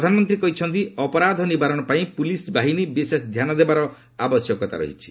ପ୍ରଧାନମନ୍ତ୍ରୀ କହିଛନ୍ତି ଅପରାଧ ନିବାରଣ ପାଇଁ ପୁଲିସ ବାହିନୀ ବିଶେଷଧ୍ୟାନ ଦେବାର ଆବଶ୍ୟକତା ରହିଛି